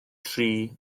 tri